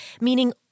Meaning